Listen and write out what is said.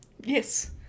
yes